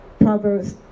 Proverbs